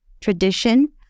tradition